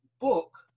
book